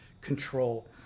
control